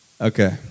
Okay